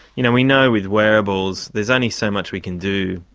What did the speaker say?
you know we know with wearables, there's only so much we can do,